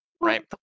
right